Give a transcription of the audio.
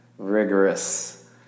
Rigorous